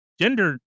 gender